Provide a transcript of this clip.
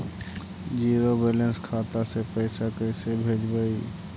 Zero balance खाता से पैसा कैसे भेजबइ?